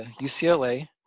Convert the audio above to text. UCLA